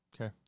Okay